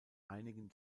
einigen